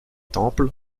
temples